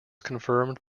confirmed